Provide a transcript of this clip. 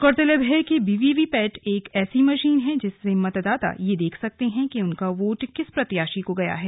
गौरतलब है कि वीवीपैट एक ऐसी मशीन है जिससे मतदाता यह देख सकते हैं कि उनका वोट किस प्रत्याशी को गया है